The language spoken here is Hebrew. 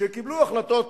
שקיבלו החלטות